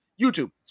YouTube